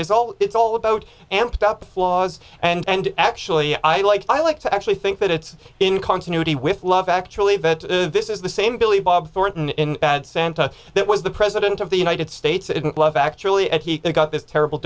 is all it's all about and about the flaws and actually i like i like to actually think that it's in continuity with love actually better this is the same billy bob thornton in bad santa that was the president of the united states in love actually and he got this terrible